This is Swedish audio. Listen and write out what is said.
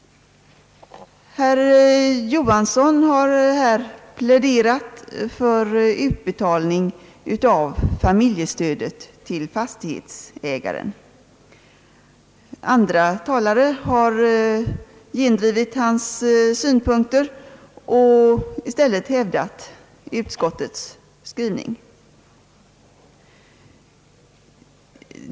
Herr Knut Johansson har här pläderat för utbetalning av familjestödet till fastighetsägaren. Andra talare har gendrivit hans synpunkter och i stället hävdat utskottets skrivning.